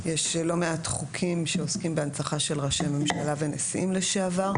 יש לא מעט חוקים שעוסקים בהנצחה של ראשי ממשלה ונשיאים לשעבר.